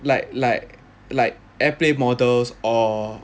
like like like airplane models or